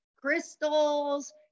crystals